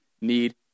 need